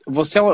Você